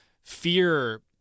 fear